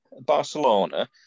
Barcelona